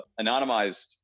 anonymized